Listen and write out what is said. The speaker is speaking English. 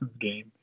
game